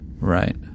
Right